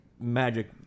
magic